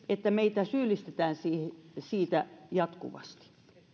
että meitä syyllistetään siitä jatkuvasti